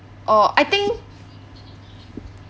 orh I think